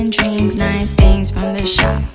and dreams nice things from the shop